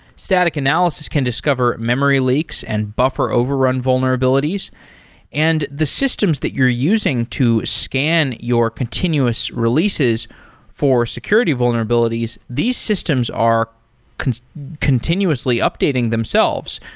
static analysis can discover memory leaks and buffer overrun vulnerabilities and the systems that you're using to scan your continuous releases for security vulnerabilities, these systems are continuously updating themselves,